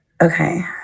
okay